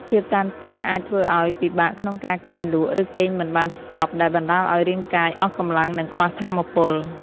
ភាពតានតឹងអាចធ្វើឲ្យពិបាកក្នុងការគេងលក់ ឬគេងមិនបានស្កប់ ដែលបណ្ដាលឲ្យរាងកាយអស់កម្លាំង និងខ្វះថាមពល។